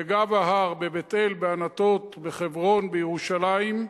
בגב ההר, בבית-אל, בענתות, בחברון, בירושלים,